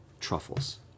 truffles